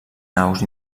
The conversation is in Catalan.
naus